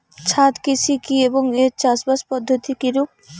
ছাদ কৃষি কী এবং এর চাষাবাদ পদ্ধতি কিরূপ?